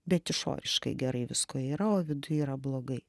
bet išoriškai gerai visko yra o viduje yra blogai